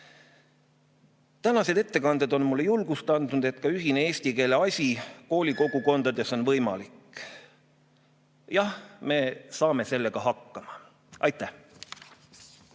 üle. Tänased ettekanded on mulle julgust andnud, et ka ühine eesti keele asi kooli kogukondades on võimalik. Jah, me saame sellega hakkama. Aitäh!